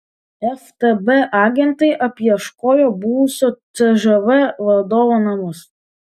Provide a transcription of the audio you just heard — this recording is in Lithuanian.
ftb agentai apieškojo buvusio cžv vadovo namus